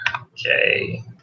Okay